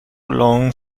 long